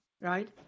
right